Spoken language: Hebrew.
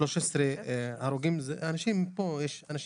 13 הרוגים זה אנשים שנהרגים,